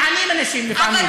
מענים אנשים לפעמים,